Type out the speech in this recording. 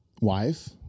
wife